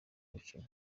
gukina